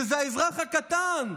שזה האזרח הקטן,